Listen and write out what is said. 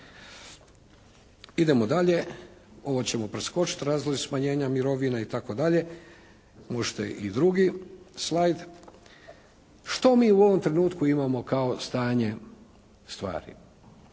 Idemo dalje, ovo ćemo preskočiti razlozi smanjenja mirovina itd. Možete i drugi slajd. Što mi u ovom trenutku imamo kao stanje stvari?